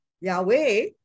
Yahweh